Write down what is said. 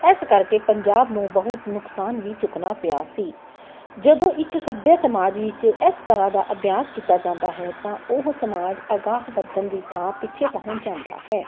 ਇਸ ਕਰਕੇ ਪੰਜਾਬ ਨੂੰ ਬਹੁਤ ਨੁਕਸਾਨ ਵੀ ਚੁੱਕਣਾ ਪਿਆ ਸੀ ਜਦੋਂ ਇੱਕ ਸੱਭਿਅਕ ਸਮਾਜ ਵਿੱਚ ਇਸ ਤਰ੍ਹਾਂ ਦਾ ਅਭਿਆਸ ਕੀਤਾ ਜਾਂਦਾ ਹੈ ਤਾਂ ਉਹ ਸਮਾਜ ਅਗਾਂਹ ਵਧਣ ਦੀ ਥਾਂ ਪਿੱਛੇ ਪਹੁੰਚ ਜਾਂਦਾ ਹੈ